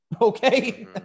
okay